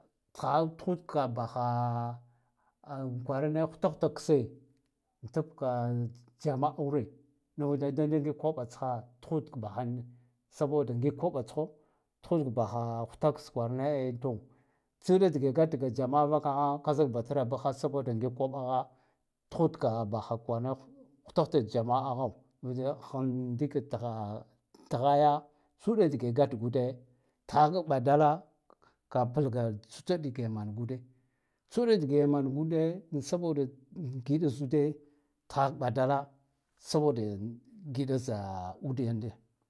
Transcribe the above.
Tha thudka baha kwarane hatahata kse a tab ka jamaure nivude da ngig koɓa tsha tuhad bahan saboda ngig koɓa tsha tuhud boha huta ka kwarane tsa uda doge gatga jama'a vakaha kazak batra bugha saboda ngig koɓaha tuhud ka baha kwarane huta huta jama'a ho nuve ha ndik thayya tsa uɗa doge gatgude thaha ɓadala ka palga tsitsaud dige mangude tsa uɗa dige mangude giɗa saboda zude tha ɓaɗala saboda giɗa za ude.